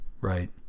right